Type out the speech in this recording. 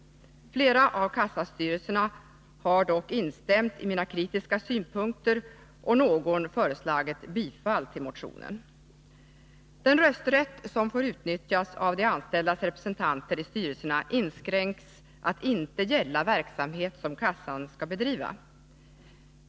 Flera av kassastyrelserna har dock instämt i mina kritiska synpunkter, och någon har föreslagit bifall till motionen. Den rösträtt som får utnyttjas av de anställdas representanter i styrelserna inskränks till att inte gälla verksamhet som kassan skall bedriva.